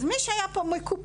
אז מי שהיה פה מקופח,